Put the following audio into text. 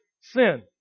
sin